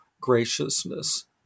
graciousness